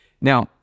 Now